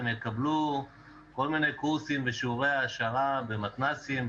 הם יקבלו כל מיני קורסים ושיעורי העשרה במתנ"סים,